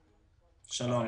שלום.